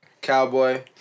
cowboy